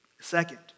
Second